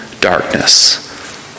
darkness